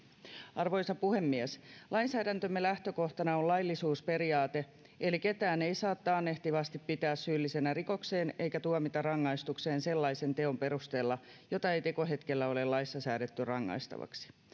arvoisa puhemies lainsäädäntömme lähtökohtana on laillisuusperiaate eli ketään ei saa taannehtivasti pitää syyllisenä rikokseen eikä tuomita rangaistukseen sellaisen teon perusteella jota ei tekohetkellä ole laissa säädetty rangaistavaksi